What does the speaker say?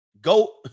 Go